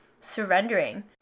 surrendering